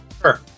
Sure